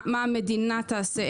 מה המדינה תעשה,